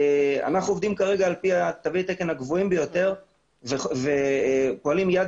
אנחנו כרגע עובדים על פי תווי התקן הגבוהים ביותר ופועלים יד